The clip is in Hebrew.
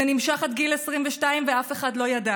זה נמשך עד גיל 22, ואף אחד לא ידע.